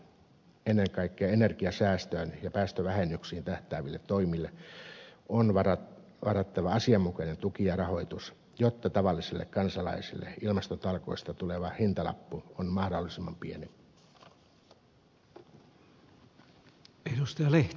ennen kaikkea energiansäästöön ja päästövähennyksiin tähtääville toimille on varattava asianmukainen tuki ja rahoitus jotta tavallisille kansalaisille ilmastotalkoista tuleva hintalappu on mahdollisimman pieni